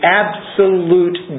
absolute